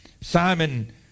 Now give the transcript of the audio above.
Simon